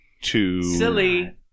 Silly